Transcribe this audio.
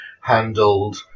handled